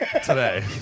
today